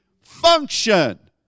function